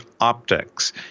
optics